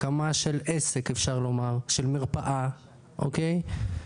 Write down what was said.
הקמה של עסק אפשר לומר, של מרפאה, אוקיי?